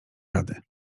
rady